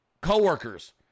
co-workers